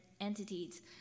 entities